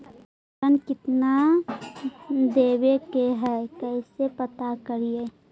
ऋण कितना देवे के है कैसे पता करी?